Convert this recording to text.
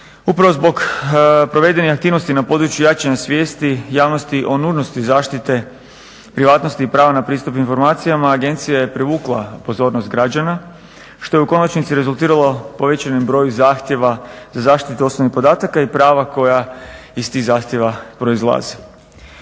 upravo zbog provedenih aktivnosti na području jačanja svijesti javnosti o nužnosti zaštite privatnosti i prava na pristup informacijama. Agencija je privukla pozornost građana što je u konačnici rezultiralo povećanom broju zahtjeva za zaštitu osobnih podataka i prava koja iz tih zahtjeva proizlaze.